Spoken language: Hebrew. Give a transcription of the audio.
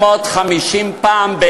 650 פעם,